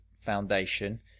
Foundation